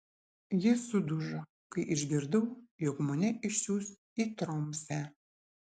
ji sudužo kai išgirdau jog mane išsiųs į tromsę